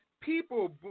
People